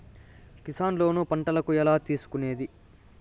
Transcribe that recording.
Kisan loan పంటలకు ఎలా తీసుకొనేది?